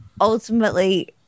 ultimately